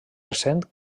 recent